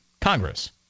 Congress